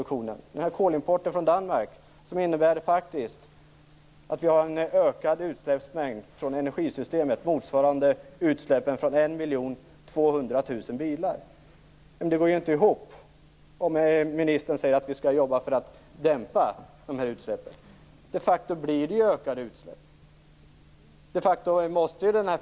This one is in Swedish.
Kolimporten från Danmark innebär en ökad utsläppsmängd från energisystemet motsvarande utsläppen från en miljon tvåhundratusen bilar. Ministern säger att vi skall jobba för att dämpa utsläppen. Det går inte ihop. Det blir de facto ökade utsläpp.